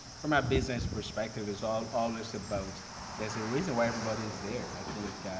from a business perspective it's al always about there's a reason why everybody's there. i think, ah,